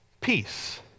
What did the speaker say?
peace